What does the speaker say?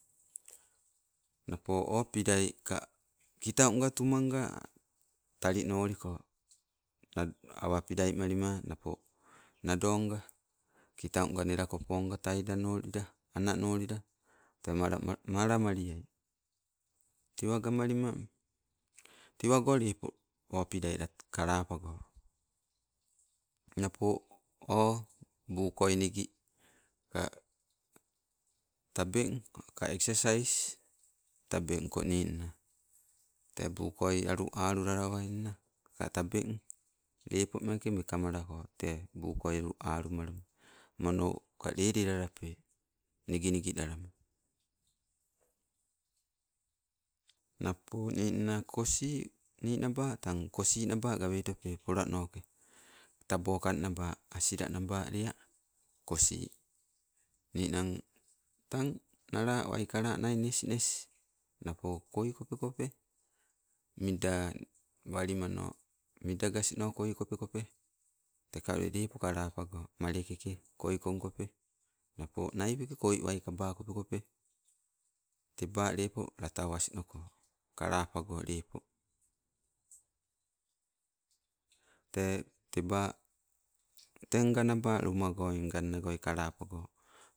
Napo o pilai, ka kitau nga tummanga talinoliko nado awe pilai malima napo nadonga. Kitau nga nelako ponga taida nolila, a nanolila te malala, malamaliai. Tewe gamalima, tewago lepo o, pilai lat kelapago. Napo o buu koika nigi ka tabeng teka eksasais, tabeng ko ninna tee buu koi alu alu lulalawainna teka tabeng. Lepo meke mekamalako tee buu koi alumalama, monoka lelelalape niginigi lalama. Napo ninna kosii, nineba tang kosii naba goweitope polanoke. Tabo kangnaba asila nabalea. Kosii ninang, tang, nala waikala nai kosii ninang, tang nala waikala nai nesnes. Napo koi kope kope. Mida wali mano, midegasno koi kopekope. Teka ule lepo kalapago, malekeke koikongkope, napo naipekoi, koi waikaba kopekope, tee lepo latawas noko, kalapago lepo. Tee teba tee nganaba lomagoi nganagoi kalapagong.